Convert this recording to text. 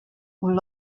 were